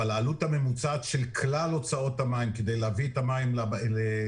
אבל העלות הממוצעת של כלל הוצאות המים כדי להביא את המים לבית,